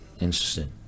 interesting